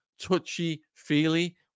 touchy-feely